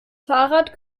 fahrrad